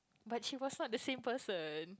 but she was not the same person